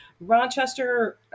Rochester